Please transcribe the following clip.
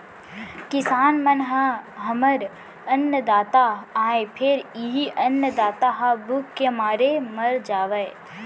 किसान मन ह हमर अन्नदाता आय फेर इहीं अन्नदाता ह भूख के मारे मर जावय